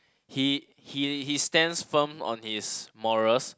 he he he stands firm on his morals